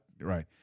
Right